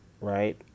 right